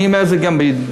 אני אומר את זה גם בידידות,